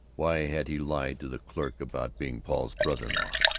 why had he lied to the clerk about being paul's brother-in-law?